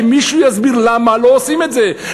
שמישהו יסביר למה לא עושים את זה.